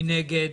מי נגד?